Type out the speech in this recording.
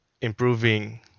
improving